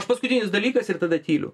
aš paskutinis dalykas ir tada tyliu